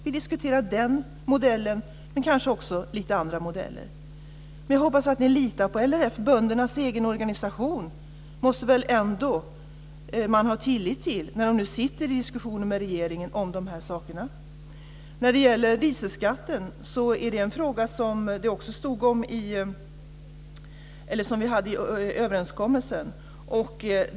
Vi diskuterar den modellen, men kanske också lite andra modeller. Jag hoppas att ni litar på LRF. Man måste väl ändå ha tillit till böndernas egen organisation när den nu sitter i diskussioner med regeringen om de här sakerna. När det gäller dieselskatten är det en fråga som vi också hade med i överenskommelsen.